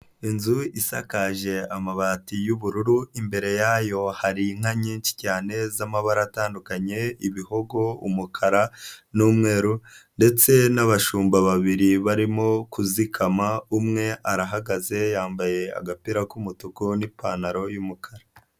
Inzu isakaje amabati y'ubururu imbere yayo hari inka nyinshi cyane z'amabara atandukanye, ibihogo umukara n'umweru, ndetse n'abashumba babiri barimo kuzikama umwe arahagaze yambaye agapira k'umutuku n'ipantaro y'umukara.